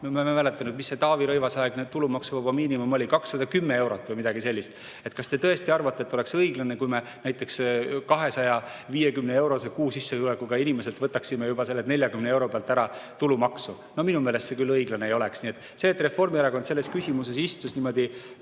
ma ei mäleta, mis see Taavi Rõivase aegne tulumaksuvaba miinimum oli, 210 eurot või midagi sellist – [tulumaksuvaba miinimum]? Kas te tõesti arvate, et oleks õiglane, kui me näiteks 250‑eurose kuusissetulekuga inimeselt võtaksime juba selle 40 euro pealt tulumaksu? No minu meelest see küll õiglane ei oleks. See, et Reformierakond selles küsimuses istus niimoodi